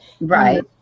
right